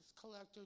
collector